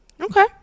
Okay